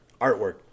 artwork